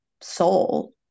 soul